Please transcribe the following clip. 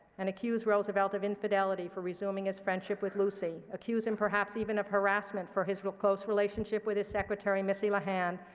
and accuse roosevelt of infidelity for resuming his friendship with lucy, accuse him perhaps even of harassment for his close relationship with his secretary missy lehand,